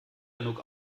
genug